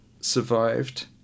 survived